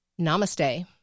namaste